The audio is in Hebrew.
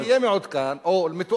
לפחות תהיה מעודכן או מתואם,